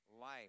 life